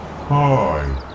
Hi